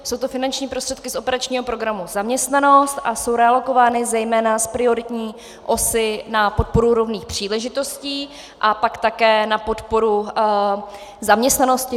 Jsou to finanční prostředky z operačního programu Zaměstnanost a jsou realokovány zejména z prioritní osy na podporu rovných příležitostí a pak také na podporu zaměstnanosti.